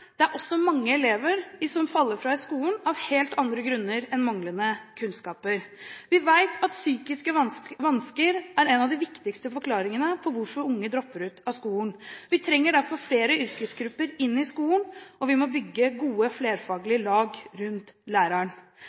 det er også mange elever som faller ut av skolen av helt andre grunner enn manglende kunnskaper. Vi vet at psykiske vansker er en av de viktigste forklaringene på hvorfor unge dropper ut av skolen. Vi trenger derfor flere yrkesgrupper inn i skolen, og vi må bygge gode flerfaglige lag rundt læreren.